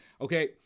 okay